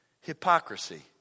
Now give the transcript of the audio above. hypocrisy